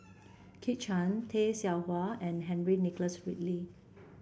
Kit Chan Tay Seow Huah and Henry Nicholas Ridley